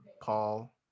Paul